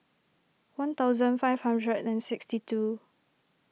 one thousand five hundred and sixty two